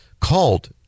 called